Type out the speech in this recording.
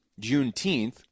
Juneteenth